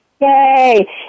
Yay